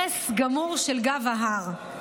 הרס גמור של גב ההר.